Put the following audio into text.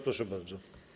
Proszę bardzo.